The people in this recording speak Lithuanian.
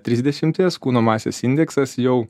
trisdešimties kūno masės indeksas jau